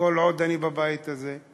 כל עוד אני בבית הזה,